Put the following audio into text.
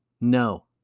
No